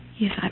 Yes